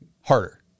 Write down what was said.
Harder